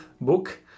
book